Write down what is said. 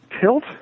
tilt